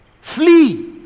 flee